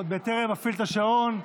עוד בטרם אפעיל את השעון.